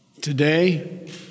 Today